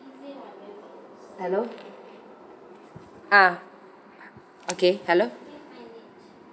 hello ah okay hello